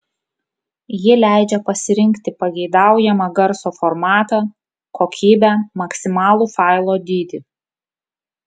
ji leidžia pasirinkti pageidaujamą garso formatą kokybę maksimalų failo dydį